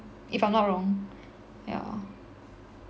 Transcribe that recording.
if I'm not wrong yeah